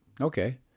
Okay